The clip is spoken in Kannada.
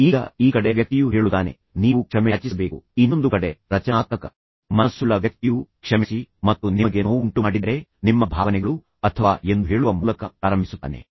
ಈಗ ಈ ಕಡೆ ವ್ಯಕ್ತಿಯು ಹೇಳುತ್ತಾನೆ ನೀವು ಕ್ಷಮೆಯಾಚಿಸಬೇಕು ಇನ್ನೊಂದು ಕಡೆ ರಚನಾತ್ಮಕ ಮನಸ್ಸುಳ್ಳ ವ್ಯಕ್ತಿಯು ಕ್ಷಮಿಸಿ ಮತ್ತು ನಾನು ನಿಮಗೆ ನೋವುಂಟು ಮಾಡಿದ್ದರೆ ನಿಮ್ಮ ಭಾವನೆಗಳು ಅಥವಾ ಎಂದು ಹೇಳುವ ಮೂಲಕ ಪ್ರಾರಂಭಿಸುತ್ತಾನೆ